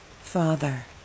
Father